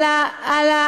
להפך,